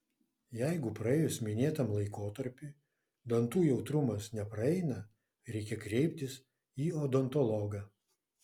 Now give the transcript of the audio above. jeigu praėjus minėtam laikotarpiui dantų jautrumas nepraeina reikia kreiptis į odontologą